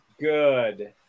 good